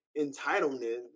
entitlement